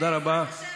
בעזרת השם.